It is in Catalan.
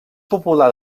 popular